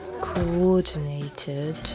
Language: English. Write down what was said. coordinated